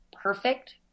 perfect